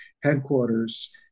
headquarters